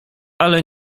ale